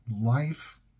life